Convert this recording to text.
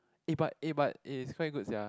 eh but eh but eh it's quite good sia